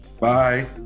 Bye